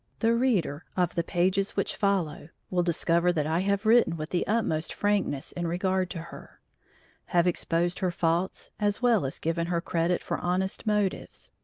the reader of the pages which follow will discover that i have written with the utmost frankness in regard to her have exposed her faults as well as given her credit for honest motives.